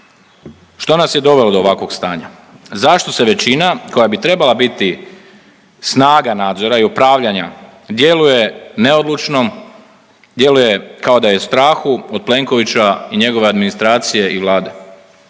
Što nas je dovelo do ovakvog stanja? Zašto se većina koja bi trebala biti snaga nadzora i upravljanja djeluje neodlučno, djeluje kao da je u strahu od Plenkovića i njegove administracije i Vlade.